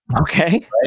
Okay